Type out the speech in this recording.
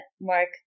Mark